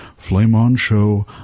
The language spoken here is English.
Flameonshow